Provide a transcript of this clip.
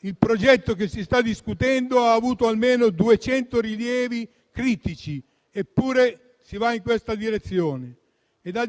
il progetto che si sta discutendo ha avuto almeno duecento rilievi critici. Eppure si va in questa direzione. È da